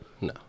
No